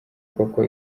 koko